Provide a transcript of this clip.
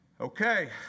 Okay